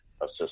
assist